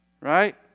right